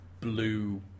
blue